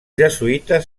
jesuïtes